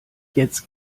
jetzt